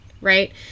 right